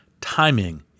timing